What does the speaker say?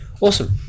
awesome